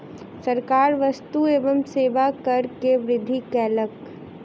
सरकार वस्तु एवं सेवा कर में वृद्धि कयलक